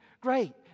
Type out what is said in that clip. great